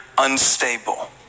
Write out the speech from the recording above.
Unstable